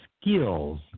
skills